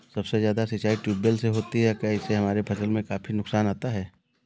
सबसे ज्यादा सिंचाई ट्यूबवेल से होती है क्या इससे हमारे फसल में काफी नुकसान आता है?